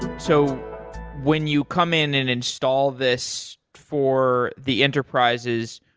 so when you come in and install this for the enterprises,